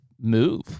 move